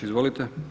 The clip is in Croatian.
Izvolite.